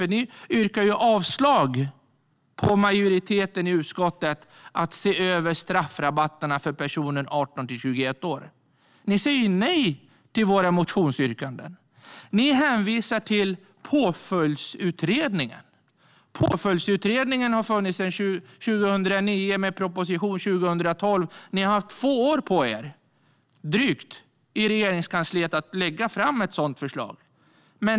Man yrkar nämligen avslag på förslaget från majoriteten i utskottet att se över straffrabatterna för personer i åldern 18-21. Man säger nej till våra motionsyrkanden. Man hänvisar till Påföljdsutredningen. Påföljdsutredningen har funnits sedan 2009, och det kom ett betänkande 2012. Man har haft drygt två år på sig på Regeringskansliet att lägga fram ett sådant förslag.